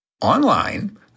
online